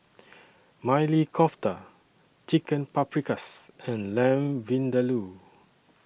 Maili Kofta Chicken Paprikas and Lamb Vindaloo